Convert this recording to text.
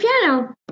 piano